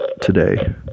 today